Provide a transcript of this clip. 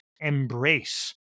embrace